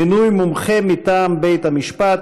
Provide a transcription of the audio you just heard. (מינוי מומחה מטעם בית-המשפט),